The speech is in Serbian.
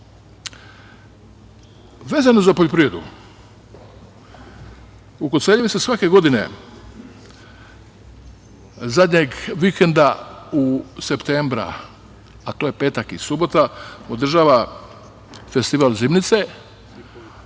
za poljoprivredu, u Koceljevi se svake godine zadnjeg vikenda u septembru, a to je petak i subota, održava Festival zimnice,